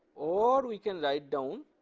or we can write down